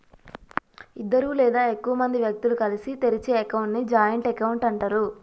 ఇద్దరు లేదా ఎక్కువ మంది వ్యక్తులు కలిసి తెరిచే అకౌంట్ ని జాయింట్ అకౌంట్ అంటరు